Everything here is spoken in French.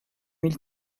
mille